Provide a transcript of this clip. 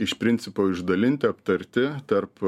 iš principo išdalinti aptarti tarp